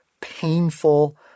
painful